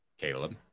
Caleb